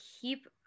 keep